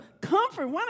comfort